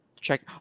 Check